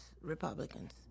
Republicans